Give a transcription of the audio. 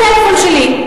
הטלפון שלי: